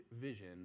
vision